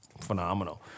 phenomenal